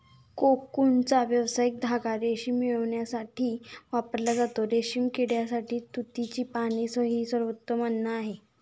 कोकूनचा व्यावसायिक धागा रेशीम मिळविण्यासाठी वापरला जातो, रेशीम किड्यासाठी तुतीची पाने हे सर्वोत्तम अन्न आहे